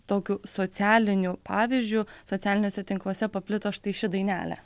tokiu socialiniu pavyzdžiu socialiniuose tinkluose paplito štai ši dainelė